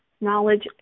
knowledge